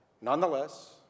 Nonetheless